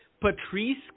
Patrice